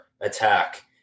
attack